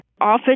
often